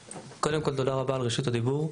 קודם כל תודה רבה על רשות הדיבור.